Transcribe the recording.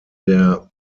der